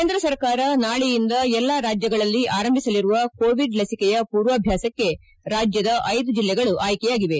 ಕೇಂದ್ರ ಸರ್ಕಾರ ನಾಳೆಯಿಂದ ಎಲ್ಲಾ ರಾಜ್ಯಗಳಲ್ಲಿ ಆರಂಭಿಸಲಿರುವ ಕೋವಿಡ್ ಲಸಿಕೆಯ ಪೂರ್ವಾಭ್ಯಾಸಕ್ಕೆ ರಾಜ್ಯದ ಐದು ಜಿಲ್ಲೆಗಳು ಆಯ್ಕೆಯಾಗಿವೆ